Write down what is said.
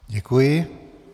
Děkuji.